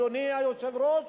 אדוני היושב-ראש,